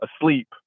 asleep